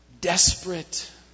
desperate